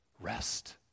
Rest